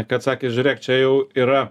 kad sakė žiūrėk čia jau yra